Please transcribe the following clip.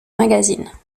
magazines